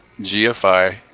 gfi